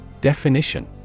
Definition